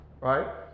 Right